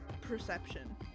perception